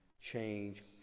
change